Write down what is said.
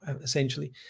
essentially